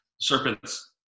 serpent's